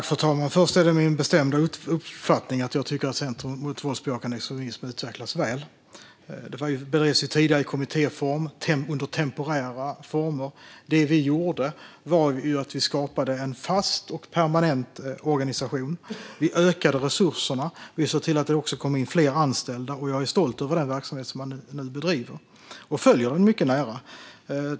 Fru talman! Det är min bestämda uppfattning att Center mot våldsbejakande extremism utvecklas väl. Detta arbete bedrevs tidigare i kommittéform under temporära former. Det vi gjorde var att skapa en fast och permanent organisation. Vi ökade resurserna och såg till att det kom in fler anställda. Jag är stolt över den verksamhet som man nu bedriver, och jag följer den mycket nära.